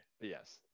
yes